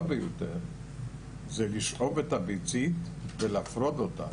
ביותר זה לשאוב את הביצית ולהפרות אותה.